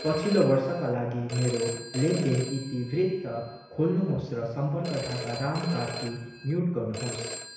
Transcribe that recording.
पछिल्लो वर्षका लागि मेरो लेनदेन इतिवृत्त खोल्नुहोस् र सम्पर्क ढाका राम कार्की म्युट गर्नुहोस्